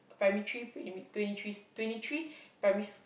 primary three pre~ twenty threes twenty three primary